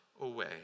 away